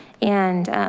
and